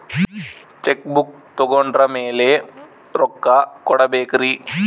Check book ತೊಗೊಂಡ್ರ ಮ್ಯಾಲೆ ರೊಕ್ಕ ಕೊಡಬೇಕರಿ?